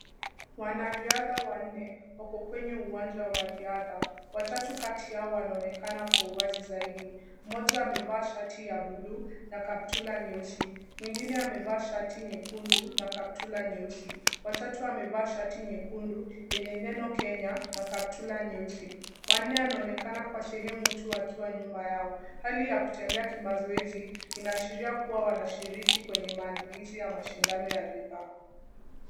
Wanariadha wanne wako kwenye uwanja wa riadha. Watatu kati yao wanaonekana kwa uwazi zaidi, mmoja amevaa shati ya bluu na kaptula nyeusi. Mwingine amevaa shati nyekundu na kaptula nyeusi. Wa tatu amevaa shati nyekundu yenye neno Kenya na kaptula nyeusi. Wa nne anaonekana kwa sehemu tu akiwa nyuma yao. Hali ya kutembea kimazoezi inaashiria kuwa wanashiriki kwenye maandalizi ya mashindano ya ridhaa.